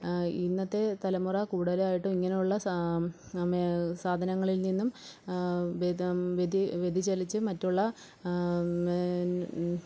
ഇന്നത്തെ തലമുറ കൂടുതലായിട്ടും ഇങ്ങനെയുള്ള നമ്മളെ സാധനങ്ങളിൽ നിന്നും വ്യതിചലിച്ച് മറ്റുള്ള